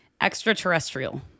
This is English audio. Extraterrestrial